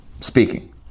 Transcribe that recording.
speaking